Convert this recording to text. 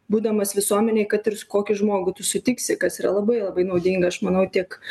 būdamas visuomenėj kad ir kokį žmogų tu sutiksi kas yra labai labai naudinga aš manau tiek